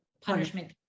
punishment